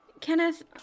Kenneth